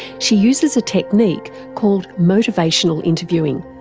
she uses a technique called motivational interviewing.